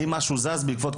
האם משהו זז בעקבות,